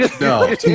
No